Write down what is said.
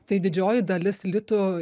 tai didžioji dalis litų